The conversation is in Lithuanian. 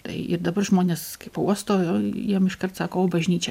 tai ir dabar žmonės kai pauosto jiem iškart sako o bažnyčia